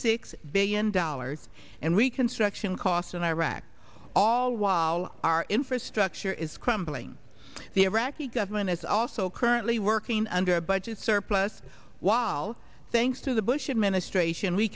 six billion dollars and reconstruction costs in iraq all while our infrastructure is crumbling the iraqi government is also currently working under a budget surplus while thanks to the bush administration we